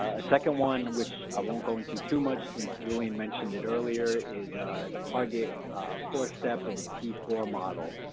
a second one, which i won't go into too much since julian mentioned it earlier, is target four step or the t four model,